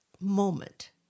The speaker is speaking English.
moment